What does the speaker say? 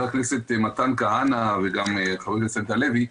הכנסת מתן כהנא וחבר הכנסת הכנסת הלוי,